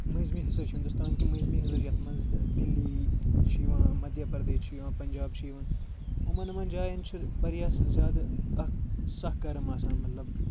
مٲنٛزمہِ حصٕچ ہِندُستانکہِ مٔنٛزمہِ حصٕچ یَتھ منٛز دِلی چھِ یِوان مدہ یا پردیش چھِ یِوان پَنجاب چھُ یِوان یِمَن جایَن چھُ واریاہ زیادٕ اکھ سکھ گَرٕم آسان مطلب